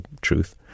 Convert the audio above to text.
truth